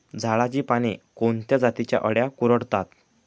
झाडाची पाने कोणत्या जातीच्या अळ्या कुरडतात?